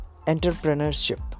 entrepreneurship